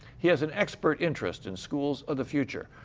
he has an expert interest in schools of the future.